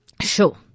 Sure